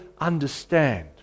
understand